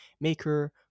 Maker